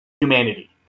humanity